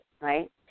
right